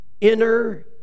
inner